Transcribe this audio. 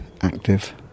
active